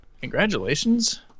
Congratulations